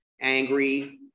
angry